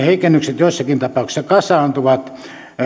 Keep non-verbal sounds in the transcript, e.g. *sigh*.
*unintelligible* heikennykset joissakin tapauksissa kasaantuvat